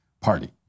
Party